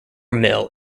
mill